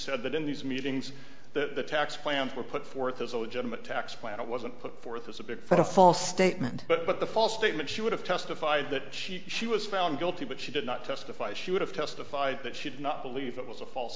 said that in these meetings that the tax plans were put forth as a legitimate tax plan it wasn't put forth that's a big for a false statement but the false statement she would have testified that she she was found guilty but she did not testify she would have testified that she did not believe it was a false